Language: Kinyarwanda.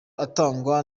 atangwa